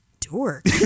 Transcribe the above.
dork